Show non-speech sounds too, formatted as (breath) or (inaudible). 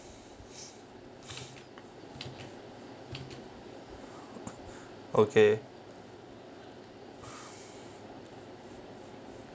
(breath) (coughs) okay (breath)